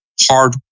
hard